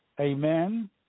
amen